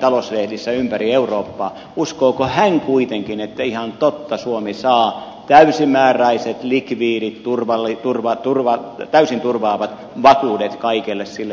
talouslehdissä ympäri eurooppaa uskooko hän kuitenkin että ihan totta suomi saa täysimääräiset likvidit täysin turvaavat vakuudet kaikelle sille mukaanmenolleen